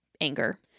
anger